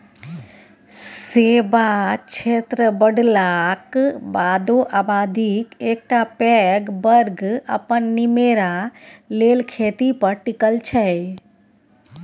सेबा क्षेत्र बढ़लाक बादो आबादीक एकटा पैघ बर्ग अपन निमेरा लेल खेती पर टिकल छै